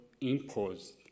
imposed